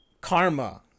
karma